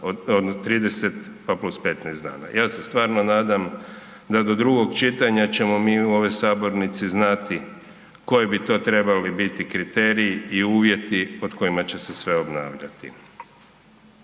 su 30 pa plus 15 dana. Ja se stvarno nadam da do drugog čitanja ćemo mi u ovoj sabornici znati koji bi to trebali biti kriteriji i uvjeti pod kojima će se sve obnavljati.